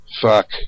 Fuck